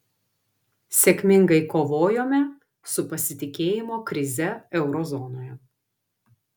sėkmingai kovojome su pasitikėjimo krize euro zonoje